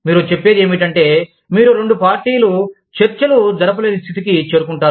మీరు చెప్పేది ఏమిటంటే మీరు రెండు పార్టీలు చర్చలు జరపలేని స్థితికి చేరుకుంటారు